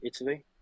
Italy